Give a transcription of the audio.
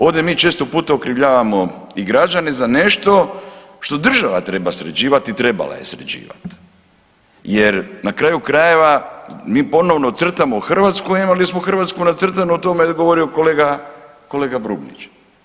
Ovdje mi često puta okrivljavamo i građane za nešto što država treba sređivati i trebala je sređivati jer na kraju krajeva, mi ponovno crtamo Hrvatsku, a imali smo Hrvatsku nacrtanu, o tome je govorio kolega Brumnić.